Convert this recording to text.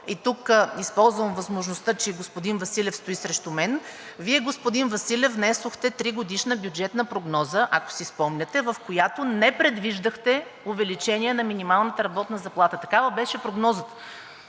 – тук използвам възможността, че и господин Василев стои срещу мен – Вие, господин Василев, внесохте тригодишна бюджетна прогноза, ако си спомняте, в която не предвиждахте увеличение на минималната работна заплата, такава беше прогнозата.